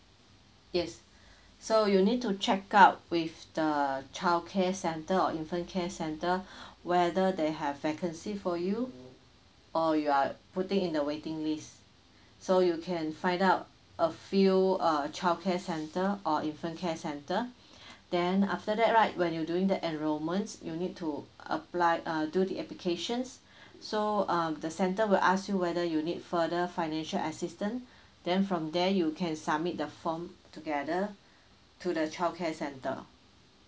yes so you need to check out with the childcare center or infant care center whether they have vacancy for you or you are putting in the waiting list so you can find out a few uh childcare center or infant care center then after that right when you doing the enrollment you need to apply uh do the applications so um the center will ask you whether you need further financial assistant then from there you can submit the form together to the childcare center